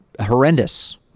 horrendous